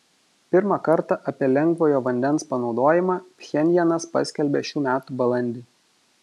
pirmą kartą apie lengvojo vandens panaudojimą pchenjanas paskelbė šių metų balandį